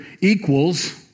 equals